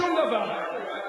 שום דבר.